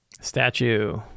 Statue